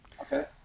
Okay